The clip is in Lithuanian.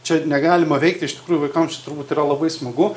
čia negalima veikti iš tikrųjų vaikams čia turbūt yra labai smagu